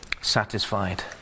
satisfied